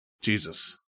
Jesus